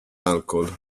alcol